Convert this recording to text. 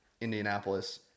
Indianapolis